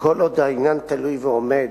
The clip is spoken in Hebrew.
כל עוד העניין תלוי ועומד,